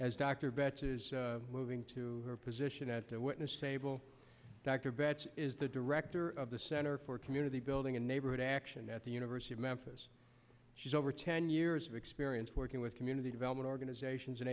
dr batches moving to her position at the witness table dr betts is the director of the center for community building and neighborhood action at the university of memphis she's over ten years of experience working with community development organizations and